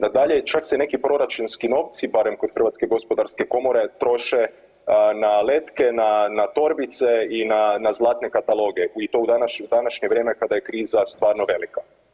Nadalje, čak se i neki proračunski novci barem kod Hrvatske gospodarske komore troše na letke, na torbice i na zlatne kataloge i to u današnje vrijeme kada je kriza stvarno velika.